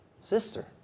Sister